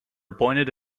appointed